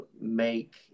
make